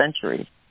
century